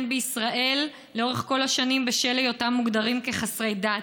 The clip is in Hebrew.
בישראל לאורך כל השנים בשל היותם מוגדרים כחסרי דת.